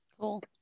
Cool